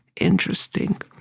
interesting